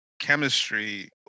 chemistry